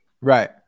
right